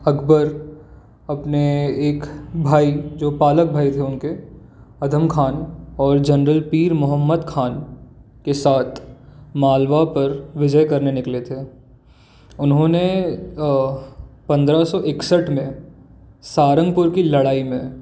अकबर अपने एक भाई जो पालक भाई थे उनके अदम ख़ान और जनरल पीर मोहम्मद ख़ान के साथ मालवा पर विजय करने निकले थे उन्होंने पंद्रह सौ इकसठ में सारंगपुर की लड़ाई में